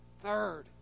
third